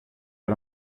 pas